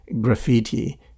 graffiti